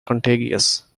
contagious